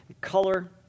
color